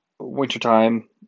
Wintertime